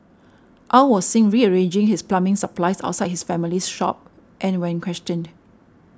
Aw was seen rearranging his plumbing supplies outside his family's shop and when questioned